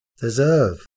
deserve